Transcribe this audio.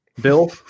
Bill